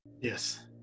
Yes